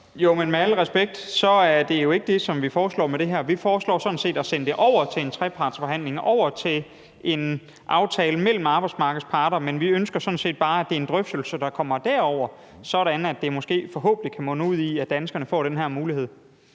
Jo, men med al respekt er det jo ikke det, som vi foreslår med det her. Vi foreslår sådan set at sende det over til en trepartsforhandling, over til en aftale mellem arbejdsmarkedets parter. Vi ønsker sådan set bare, at det er en drøftelse, der kommer derover, sådan at det måske forhåbentlig kan munde ud i, at danskerne får den her mulighed.